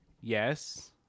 Yes